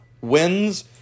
wins